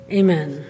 amen